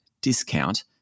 discount